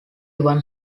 one